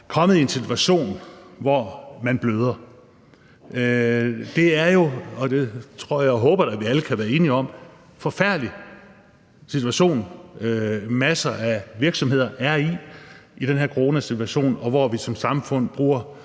kommet i en situation, hvor de bløder. Det er jo, og det tror og håber jeg da at vi alle kan være enige om, en forfærdelig situation, som masser af virksomheder er i med den her corona, og hvor vi som samfund bruger